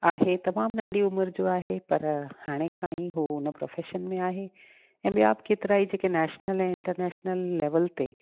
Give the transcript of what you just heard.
आहे तमामु नंढी उमिरि जो आहे पर हाणे खां ई उहो हुन प्रोफेशन में आहे ऐं ॿियां बि केतिरा ई जेके नैशनल ऐं इंटरनैशनल लेवल ते